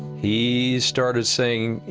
he started saying,